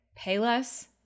Payless